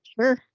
Sure